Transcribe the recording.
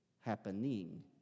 happening